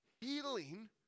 healing